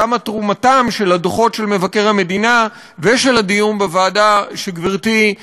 כמה תרומתם של הדוחות של מבקר המדינה ושל הדיון בוועדה שגברתי,